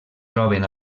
troben